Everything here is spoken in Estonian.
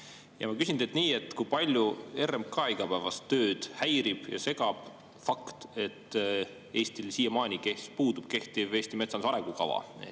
Ma küsin teilt nii. Kui palju RMK igapäevast tööd häirib ja segab fakt, et Eestil siiamaani puudub kehtiv Eesti metsanduse arengukava?